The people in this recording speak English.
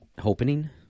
Hoping